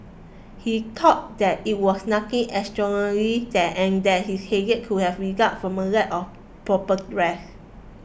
he thought that it was nothing extraordinary that and that his headache could have result from a lack of proper rest